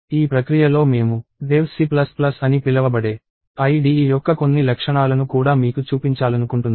ఈ ప్రక్రియలో మేము Dev C అని పిలవబడే IDE యొక్క కొన్ని లక్షణాలను కూడా మీకు చూపించాలనుకుంటున్నాము